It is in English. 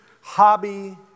hobby